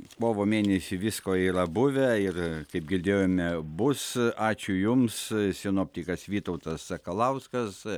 kovo mėnesį visko yra buvę ir kaip girdėjome bus ačiū jums sinoptikas vytautas sakalauskas